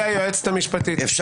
בכפוף לשינויי נסחות, כמובן.